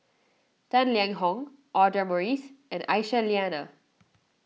Tang Liang Hong Audra Morrice and Aisyah Lyana